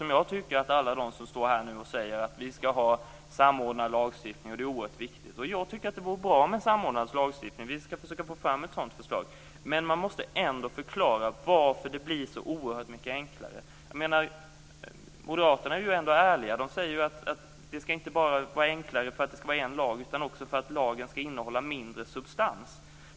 Många säger här att det är oerhört viktigt med en samordnad lagstiftning. Också jag tycker att det vore bra med en samordnad lagstiftning, och vi skall försöka få fram ett sådant förslag. Ändå måste man förklara varför det blir så oerhört mycket enklare. Moderaterna är ärliga och säger att det inte bara blir enklare med en enda lag utan också att lagen skall innehålla mindre av substans.